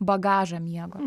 bagažą miego